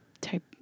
type